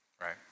right